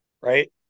right